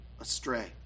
astray